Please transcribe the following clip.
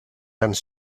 done